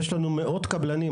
יש לנו מאות קבלנים,